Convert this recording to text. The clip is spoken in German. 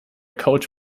couch